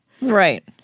Right